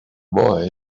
boy